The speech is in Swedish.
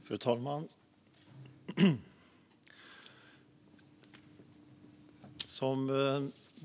Fru talman!